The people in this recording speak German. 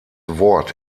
wort